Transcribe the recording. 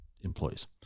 employees